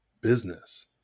business